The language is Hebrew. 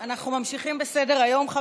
אנחנו ממשיכים בסדר-היום: